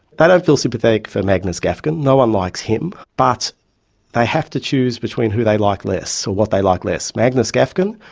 they don't feel sympathetic for magnus gafgen, no-one likes him, but they have to choose between who they like less, or what they like less magnus gafgen,